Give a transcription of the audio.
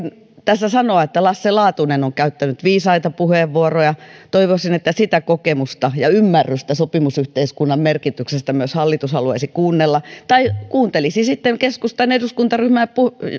tässä sanoa että lasse laatunen on käyttänyt viisaita puheenvuoroja toivoisin että sitä kokemusta ja ymmärrystä sopimusyhteiskunnan merkityksestä myös hallitus haluaisi kuunnella tai kuuntelisi sitten keskustan eduskuntaryhmän